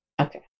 Okay